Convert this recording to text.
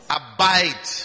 abide